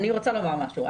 אני רוצה לומר משהו.